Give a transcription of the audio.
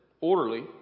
orderly